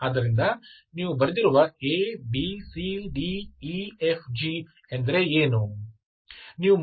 ಆದ್ದರಿಂದ ನೀವು ಬರೆದಿರುವ A B C D E F G ಎಂದರೇನು